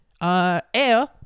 air